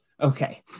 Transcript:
Okay